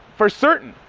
for certain.